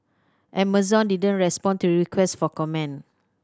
Amazon didn't respond to requests for comment